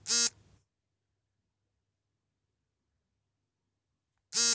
ಉಪಯುಕ್ತತೆ ಬಿಲ್ಲುಗಳು ಮತ್ತು ಪಾವತಿಗಳನ್ನು ಆನ್ಲೈನ್ ಮುಖಾಂತರವೇ ಮಾಡಿದರೆ ಕ್ಯಾಶ್ ಬ್ಯಾಕ್ ಆಫರ್ಸ್ ಇವೆಯೇ?